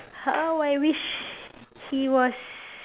how I wish he was